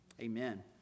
Amen